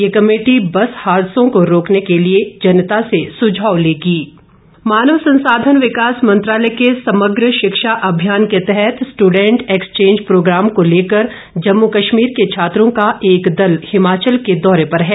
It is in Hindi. ये कमेटी बस हादसों को रोकने के लिए जनता से सुझाव लेगी जे एंड के मानव संसाधन विकास मंत्रालय के समग्र शिक्षा अभियान के तहत स्ट्रडेंट एक्सचेंज प्रोग्राम को लेकर जम्मू कश्मीर के छात्रों का एक दल हिमाचल के दौरे पर हैं